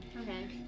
Okay